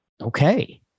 okay